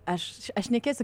aš šnekėsiu